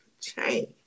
chain